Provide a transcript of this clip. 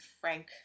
Frank